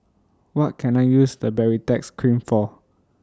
What Can I use The Baritex Cream For